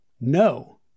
No